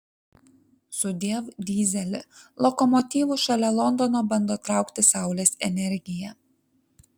sudiev dyzeli lokomotyvus šalia londono bando traukti saulės energija